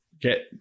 get